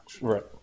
Right